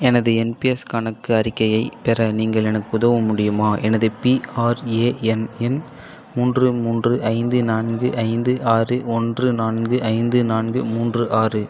எனது N P S கணக்கு அறிக்கையைப் பெற நீங்கள் எனக்கு உதவ முடியுமா எனது பிஆர்ஏஎன் எண் மூன்று மூன்று ஐந்து நான்கு ஐந்து ஆறு ஒன்று நான்கு ஐந்து நான்கு மூன்று ஆறு